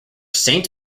saint